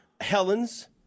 Helen's